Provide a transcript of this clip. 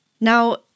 Now